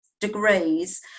degrees